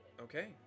Okay